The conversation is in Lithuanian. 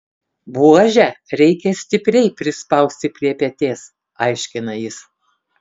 buožę reikia stipriai prispausti prie peties aiškina jis